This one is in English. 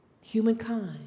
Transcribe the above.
Humankind